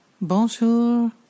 Bonjour